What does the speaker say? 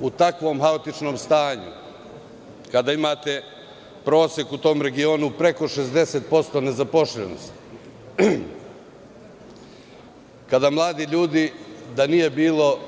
u takvom haotičnom stanju, kada imate prosek u tom regionu preko 60% nezaposlenosti, kada mladi ljudi, da nije bilo